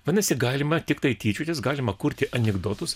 vadinasi galima tiktai tyčiotis galima kurti anekdotus